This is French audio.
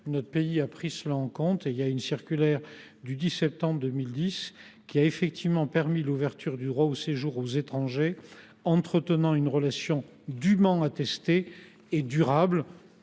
Notre pays l’a pris en compte. La circulaire du 10 septembre 2010 a permis l’ouverture du droit au séjour aux étrangers entretenant une relation dûment attestée et durable.